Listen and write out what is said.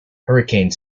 hurricane